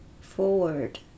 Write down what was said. forward